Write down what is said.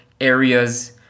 areas